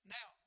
Now